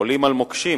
שעולים על מוקשים,